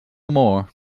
more